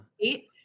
eight